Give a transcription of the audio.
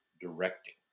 directing